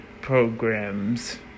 programs